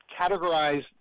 categorize